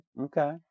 Okay